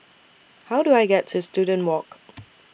How Do I get to Student Walk